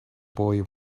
boy